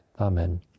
Amen